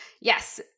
Yes